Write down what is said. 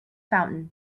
fountain